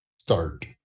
start